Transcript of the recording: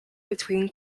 between